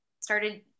started